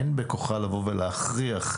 אין בכוחה לבוא ולהכריח,